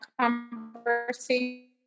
conversation